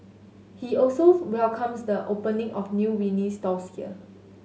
he also welcomes the opening of new vinyl stores here